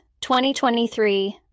2023